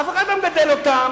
אף אחד לא מגדל אותם,